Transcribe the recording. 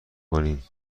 کنیم